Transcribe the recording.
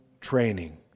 training